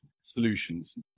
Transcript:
solutions